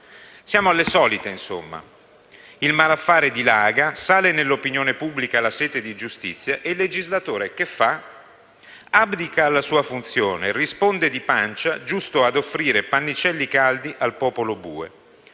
Siamo alle solite, insomma. Il malaffare dilaga, sale nell'opinione pubblica la sete di giustizia e il legislatore che fa? Abdica alla sua funzione, risponde di pancia, giusto ad offrire pannicelli caldi al popolo bue